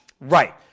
Right